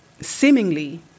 seemingly